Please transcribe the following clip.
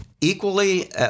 equally